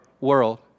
world